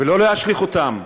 ולא להשליך אותם.